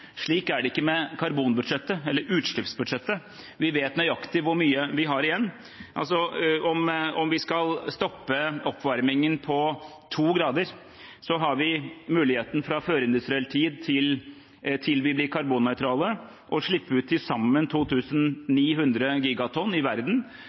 Slik er det ikke med karbonbudsjettet, eller utslippsbudsjettet. Vi vet nøyaktig hvor mye vi har igjen. Om vi skal stoppe oppvarmingen på 2 grader, har vi fra førindustriell tid til vi blir karbonnøytrale mulighet til å slippe ut til sammen